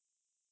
err